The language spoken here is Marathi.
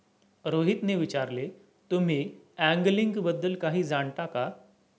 रोहितने विचारले, तुम्ही अँगलिंग बद्दल काही जाणता का?